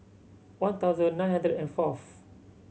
one thousand nine hundred and fourth